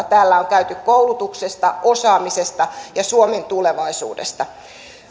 täällä on käyty keskustelua koulutuksesta osaamisesta ja suomen tulevaisuudesta